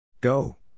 Go